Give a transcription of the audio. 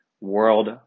world